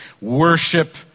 worship